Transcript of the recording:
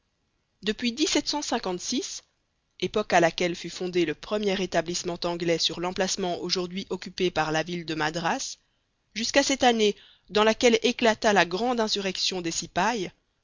depuis époque à laquelle fut fondé le premier établissement anglais sur l'emplacement aujourd'hui occupé par la ville de madras jusqu'à cette année dans laquelle éclata la grande insurrection des